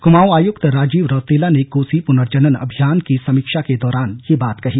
कुमाऊं आयुक्त राजीव रौतेला ने कोसी पुनर्जनन अभियान की समीक्षा के दौरान ये बात कही